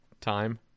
time